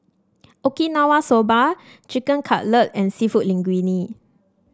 Okinawa Soba Chicken Cutlet and seafood Linguine